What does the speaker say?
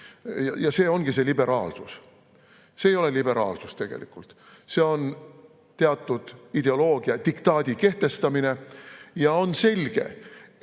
See ongi see liberaalsus. See ei ole liberaalsus tegelikult, see on teatud ideoloogia, diktaadi kehtestamine. On selge,